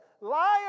Liar